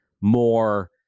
more